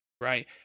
right